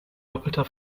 doppelter